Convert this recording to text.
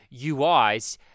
UIs